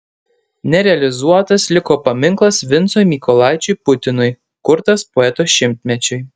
nerealizuotas liko paminklas vincui mykolaičiui putinui kurtas poeto šimtmečiui